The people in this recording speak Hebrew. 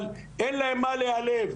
אבל אין להם מה להיעלב,